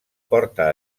porta